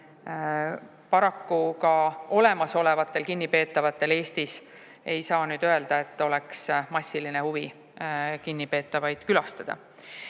Paraku ka olemasolevate kinnipeetavate puhul Eestis ei saa öelda, et oleks massiline huvi kinnipeetavaid külastada.